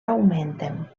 augmenten